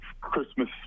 Christmas